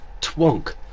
twonk